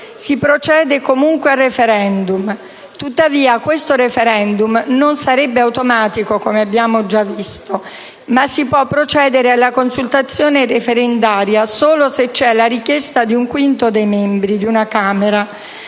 si procede comunque a *referendum*. Tuttavia questo *referendum* non sarebbe automatico, come abbiamo già visto: si può procedere alla consultazione referendaria solo se c'è la richiesta di un quinto dei membri di una Camera.